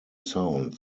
sound